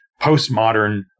postmodern